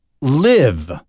live